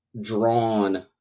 drawn